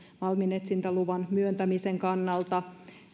malminetsintäluvan myöntämisen kannalta